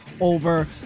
over